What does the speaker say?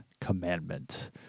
Commandment